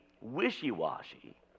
wishy-washy